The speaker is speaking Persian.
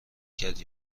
کرد